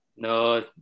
No